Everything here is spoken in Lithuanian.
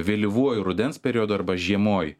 vėlyvuoju rudens periodu arba žiemoj